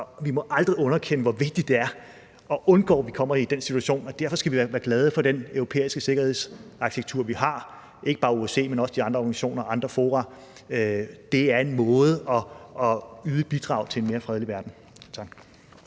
Vi må aldrig underkende, hvor vigtigt det er at undgå, at vi kommer i den situation, og derfor skal vi være glade for den europæiske sikkerhedsarkitektur, vi har – ikke bare OSCE, men også de andre organisationer og andre fora. Det er en måde at yde et bidrag til en mere fredelig verden